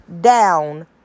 down